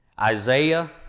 Isaiah